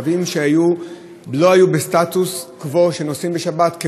קווים שלא היו בסטטוס קוו מבחינת בשבת,